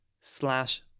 slash